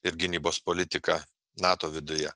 ir gynybos politiką nato viduje